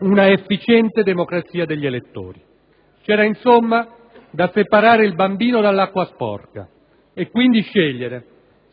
un'efficiente democrazia degli elettori. C'era, insomma, da separare il bambino dell'acqua sporca e, quindi, scegliere